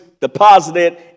deposited